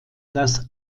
das